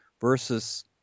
versus